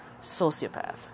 sociopath